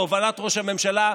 בהובלת ראש הממשלה,